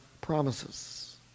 promises